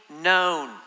known